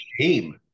shame